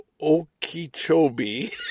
Okeechobee